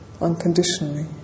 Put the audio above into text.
unconditionally